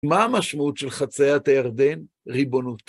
מה המשמעות של חציית הירדן? ריבונות.